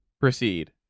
proceed